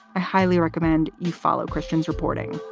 i highly recommend you follow christians reporting.